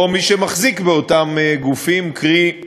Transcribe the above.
או מי שמחזיק באותם גופים, קרי,